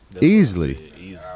Easily